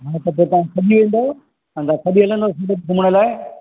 हा त पो तव्हां कॾी हलंदव हा तव्हां कॾी हलंदव घुमण लाए